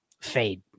fade